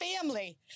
family